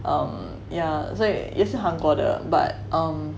um yeah 这也是韩国的 but um